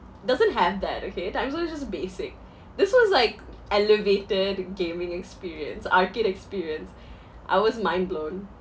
doesn't have that okay timezone is just basic this was like elevated gaming experience arcade experience I was mind blown